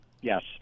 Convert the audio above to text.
Yes